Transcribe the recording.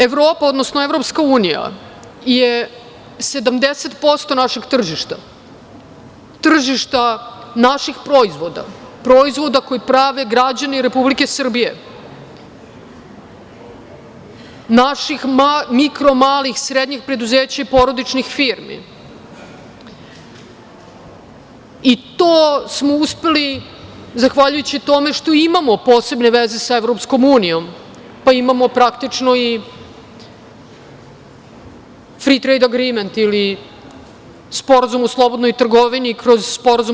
Dakle, prvo, Evropa, odnosno EU je 70% našeg tržišta, tržišta naših proizvoda, proizvoda koji prave građani Republike Srbije, naših malih, mikro, srednjih preduzeća i porodičnih firmi i to smo uspeli zahvaljujući tome što imamo posebne veze sa EU, pa imamo praktično i fri trejd agriment ili Sporazum o slobodnoj trgovini kroz SSP.